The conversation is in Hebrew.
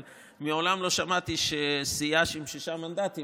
אבל מעולם לא שמעתי שסיעה עם שישה מנדטים,